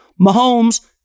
Mahomes